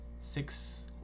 Six